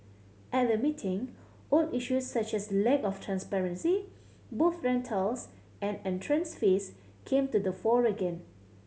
at the meeting old issues such as lack of transparency booth rentals and entrance fees came to the fore again